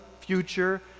future